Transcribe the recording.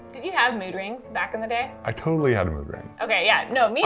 did you have mood rings back in the day? i totally had a mood ring. okay, yeah, no, me